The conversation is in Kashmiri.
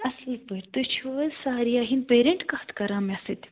اَصٕل پٲٹھۍ تُہۍ چھِو حظ ساریا ہٕنٛدۍ پیرنٛٹ کتھ کران مےٚ سۭتۍ